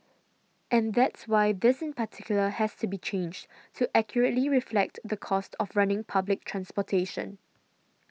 and that's why this in particular has to be changed to accurately reflect the cost of running public transportation